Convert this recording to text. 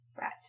Right